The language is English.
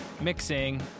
mixing